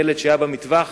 ילד שהיה במטווח